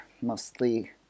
mostly